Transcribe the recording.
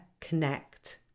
connect